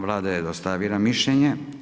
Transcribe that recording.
Vlada je dostavila mišljenje.